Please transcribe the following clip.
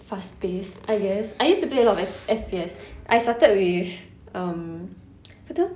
fast paced I guess I used to play a lot of F_P_S I started with um apa tu